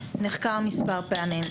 נחקר מספר פעמים,